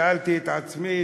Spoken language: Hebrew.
שאלתי את עצמי,